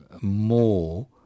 more